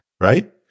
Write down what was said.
Right